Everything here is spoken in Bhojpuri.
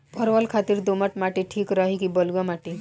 परवल खातिर दोमट माटी ठीक रही कि बलुआ माटी?